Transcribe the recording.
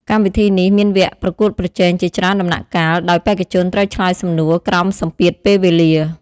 កម្មវិធីនេះមានវគ្គប្រកួតប្រជែងជាច្រើនដំណាក់កាល ដោយបេក្ខជនត្រូវឆ្លើយសំណួរក្រោមសម្ពាធពេលវេលា។